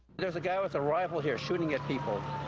there is a guy with a rifle here shooting at people.